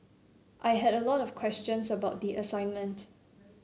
I had a lot of questions about the assignment